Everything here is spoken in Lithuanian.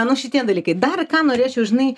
nu šitie dalykai dar ką norėčiau žinai